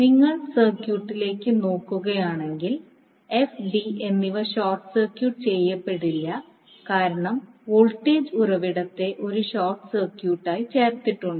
നിങ്ങൾ സർക്യൂട്ടിലേക്ക് നോക്കുകയാണെങ്കിൽ എഫ് ഡി എന്നിവ ഷോർട്ട് സർക്യൂട്ട് ചെയ്യപ്പെടില്ല കാരണം വോൾട്ടേജ് ഉറവിടത്തെ ഒരു ഷോർട്ട് സർക്യൂട്ടായി ചേർത്തിട്ടുണ്ട്